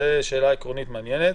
זו שאלה עקרונית מעניינת,